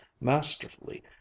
masterfully